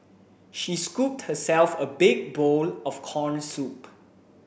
she scooped herself a big bowl of corn soup